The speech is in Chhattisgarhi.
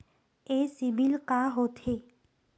ये सीबिल का होथे?